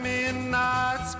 Midnight